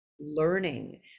learning